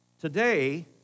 Today